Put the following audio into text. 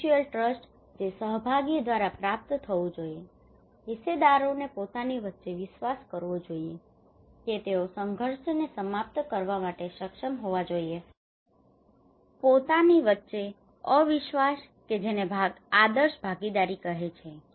mutual trust જે સહભાગીઓ દ્વારા પ્રાપ્ત થવું જોઈએ હિસ્સેદારોએ પોતાને વચ્ચે વિશ્વાસ કરવો જોઈએ કે તેઓ સંઘર્ષને સમાપ્ત કરવા માટે સક્ષમ હોવા જોઈએ પોતાની વચ્ચે અવિશ્વાસ કે જેને આદર્શ ભાગીદારી કહે છે